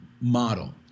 model